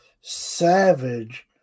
savage